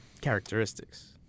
characteristics